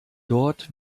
dort